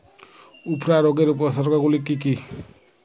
উফরা রোগের উপসর্গগুলি কি কি?